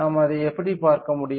நாம் அதை எப்படி பார்க்க முடியும்